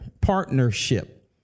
partnership